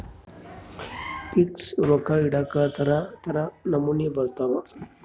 fix ರೊಕ್ಕ ಇಡಾಕ ತರ ತರ ನಮೂನಿ ಬರತವ